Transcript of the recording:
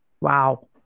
wow